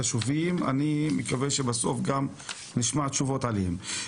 אני רוצה אנחנו טוענים שבן גוריון כך טוענים אנחנו,